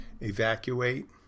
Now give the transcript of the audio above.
evacuate